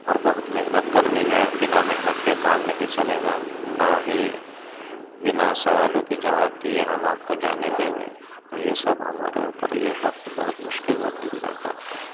اور بہت محنت کرنی ہے بنا محنت کے کام نہیں چلے گا نہ ہی بنا سوالوں کے جواب دیے ہم آپ کو جانے دیں گے تو یہ سب ہمارے اوپر یہ وقت بہت مشکل وقت گُزرتا تھا